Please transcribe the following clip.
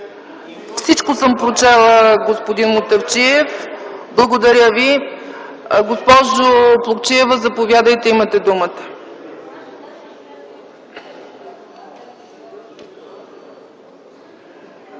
Всичко съм прочела, господин Мутафчиев, благодаря Ви. Госпожо Плугчиева, заповядайте, имате думата.